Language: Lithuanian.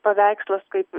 paveikslas kaip